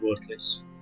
worthless